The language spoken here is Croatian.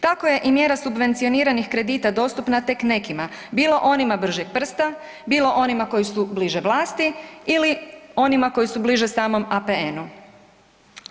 Tako je i mjera subvencioniranih kredita dostupna tek nekima, bilo onima bržeg prsta, bilo onima koji su bliže vlasti ili onima koji su bliže samom APN-u.